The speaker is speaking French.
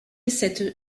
cette